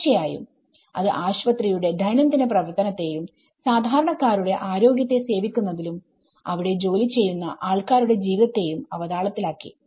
തീർച്ചയായും അത് ആശുപത്രിയുടെ ദൈനംദിന പ്രവർത്തനത്തെയും സാദാരണക്കാരുടെ ആരോഗ്യത്തെ സേവിക്കുന്നതിലും അവിടെ ജോലി ചെയ്യുന്ന ആൾക്കാരുടെ ജീവിതത്തെയും അവതാളത്തിൽ ആക്കി